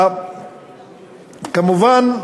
כמובן,